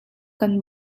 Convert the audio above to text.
kan